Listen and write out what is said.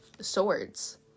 swords